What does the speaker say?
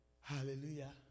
Hallelujah